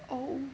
oh